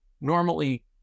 normally